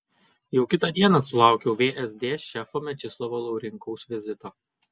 jau kitą dieną sulaukiau vsd šefo mečislovo laurinkaus vizito